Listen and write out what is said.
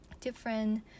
different